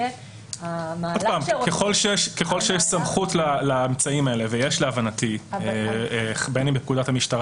ככל שיש סמכות לאמצעים האלה - ולהבנתי יש בין אם בפקודת המשטרה